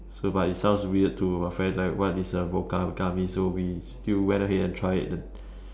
so but it sounds weird to a friend like what is a vodka with gummy so we still went ahead and try it and